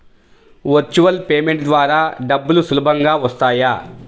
Virtual payment ద్వారా డబ్బులు సులభంగా వస్తాయా?